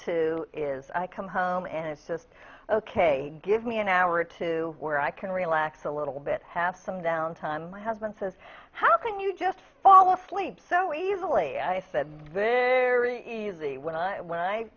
too is i come home and it's just ok give me an hour to where i can relax a little bit have some downtime my husband says how can you just fall asleep so easily i said then when i when i